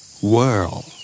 Whirl